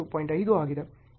5 ಆಗಿದೆ